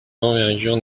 d’envergure